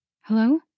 Hello